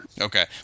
Okay